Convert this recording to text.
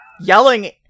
yelling